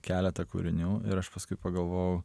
keletą kūrinių ir aš paskui pagalvojau